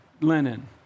linen